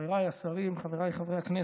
חבריי השרים, חבריי חברי הכנסת,